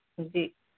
जी